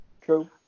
True